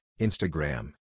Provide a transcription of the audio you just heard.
Instagram